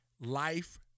life